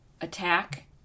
attack